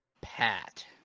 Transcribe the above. Pat